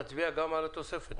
נצביע גם על התוספת.